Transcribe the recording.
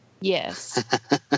Yes